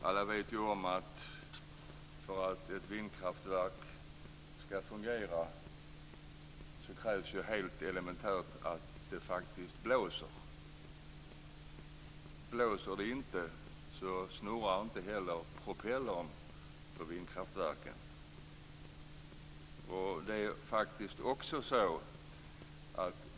Alla vet att för att vindkraftverk ska fungera är det ett elementärt krav att det faktiskt blåser. Blåser det inte, snurrar inte heller propellrarna på vindkraftverken.